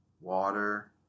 water